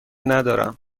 ندارم